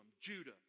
Judah